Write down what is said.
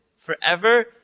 forever